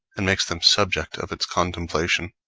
and makes them subject of its contemplation.